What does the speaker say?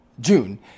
June